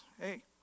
Hey